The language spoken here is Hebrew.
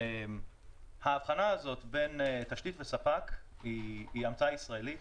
ההבחנה הזאת בין תשתית וספק היא המצאה ישראלית